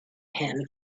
him